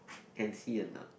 can see or not